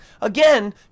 again